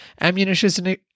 Ammunition